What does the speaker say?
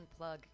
unplug